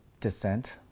descent